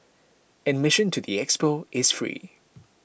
admission to the expo is free